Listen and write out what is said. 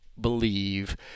believe